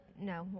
no